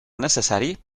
necessari